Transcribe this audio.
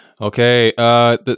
Okay